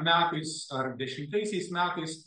metais ar dešimtaisiais metais